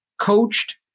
coached